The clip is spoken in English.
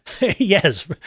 Yes